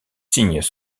signes